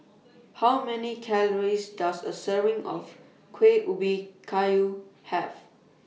How Many Calories Does A Serving of Kueh Ubi Kayu Have